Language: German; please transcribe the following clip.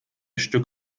stück